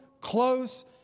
close